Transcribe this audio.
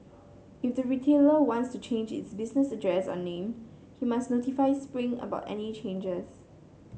if the retailer wants to change its business address or name he must notify Spring about any changes